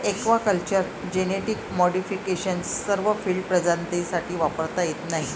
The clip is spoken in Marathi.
एक्वाकल्चर जेनेटिक मॉडिफिकेशन सर्व फील्ड प्रजातींसाठी वापरता येत नाही